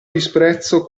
disprezzo